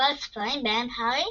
בכל הספרים בהם הארי